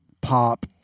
pop